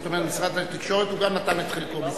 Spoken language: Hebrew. כלומר, גם משרד התקשורת נתן את חלקו בזמנו.